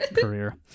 career